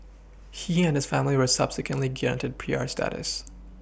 he and family were subsequently granted P R Studies